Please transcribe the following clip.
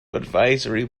advisory